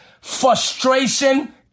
Frustration